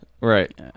right